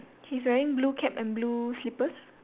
he's wearing blue cap and blue slippers